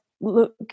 look